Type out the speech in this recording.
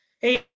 Hey